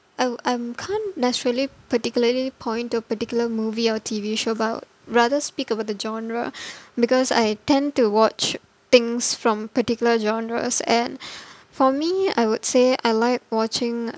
I'll I'm can't naturally particularly point to a particular movie or T_V show but I'll rather speak about the genre because I tend to watch things from particular genres and for me I would say I like watching